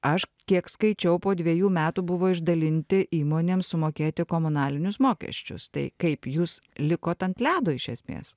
aš kiek skaičiau po dvejų metų buvo išdalinti įmonėms sumokėti komunalinius mokesčius tai kaip jūs likot ant ledo iš esmės